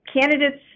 candidates